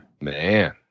man